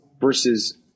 versus